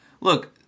look